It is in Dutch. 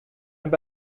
naar